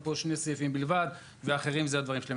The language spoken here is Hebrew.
פה שני סעיפים בלבד וכל שאר הדברים זה אצלם.